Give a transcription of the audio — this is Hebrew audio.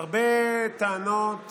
הרבה טענות